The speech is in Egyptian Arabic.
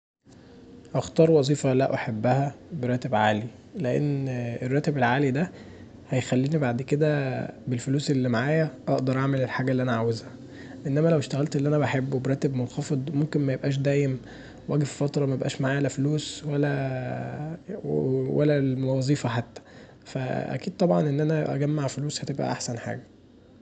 اختار وظيفه لا احبها براتب عالي، لأن الراتب العالي دا هيخليني بعد كدا بالفلوس اللي معايا اقدر اعمل الحاجه اللي انا عاوزها انما لو اشتغلت اللي انا بحبه براتب منخفض ممكن ميبقاش دايم واجي ففتره ميبقاش معاي فلوس ولا وظيفه حتي، فأكيد طبعا ان انا أجمع فلوس هتبقي احسن حاجه.